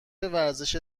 ورزش